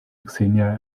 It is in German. xenia